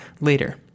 later